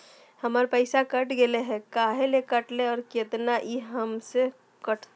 हमर पैसा कट गेलै हैं, काहे ले काटले है और कितना, की ई हमेसा कटतय?